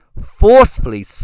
Forcefully